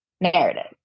narrative